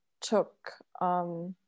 took